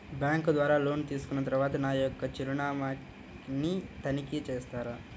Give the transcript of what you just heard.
Bank ద్వారా loan తీసుకున్న తరువాత నా యొక్క చిరునామాని తనిఖీ చేస్తారా?